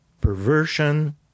perversion